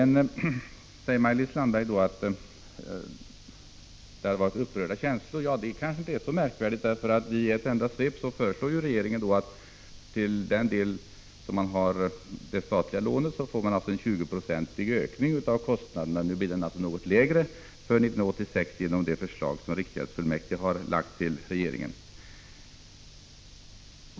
Maj-Lis Landberg säger att det har varit upprörda känslor. Ja, det kanske inte är så märkvärdigt. I ett enda svep föreslår regeringen en 20-procentig ökning av kostnaderna för den statliga lånedelen. Nu blir den kanske något lägre för 1986 genom det förslag som riksgäldsfullmäktige har lagt fram till regeringen.